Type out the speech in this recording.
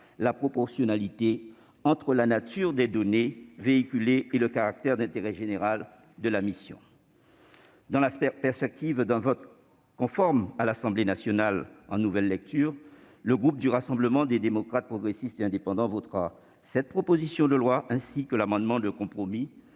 la proportionnalité entre la nature des données transmises et le caractère d'intérêt général de la mission. Dans la perspective d'un vote conforme par l'Assemblée nationale en nouvelle lecture, le groupe du Rassemblement des démocrates, progressistes et indépendants votera cette proposition de loi ainsi que l'amendement de compromis